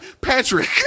Patrick